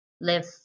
live